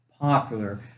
popular